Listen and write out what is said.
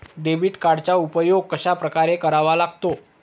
Debit कार्डचा उपयोग कशाप्रकारे करावा लागतो?